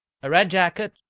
a red jacket,